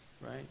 right